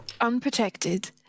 unprotected